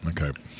Okay